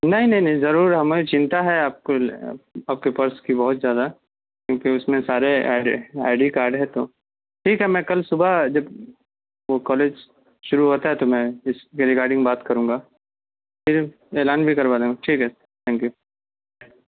نہیں نہیں نہیں ضرور ہمیں چنتا ہے آپ کو آپ کی پرس کی بہت زیادہ کیونکہ اس میں سارے I D I D card ہے تو ٹھیک ہے میں کل صبح جب وہ کالج شروع ہوتا ہے تو میں اس کے ریگارڈنگ بات کروں گا پھر اعلان بھی کروا رہا ہوں ٹھیک ہے تھینک یو